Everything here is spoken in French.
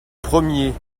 premiers